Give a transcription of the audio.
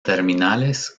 terminales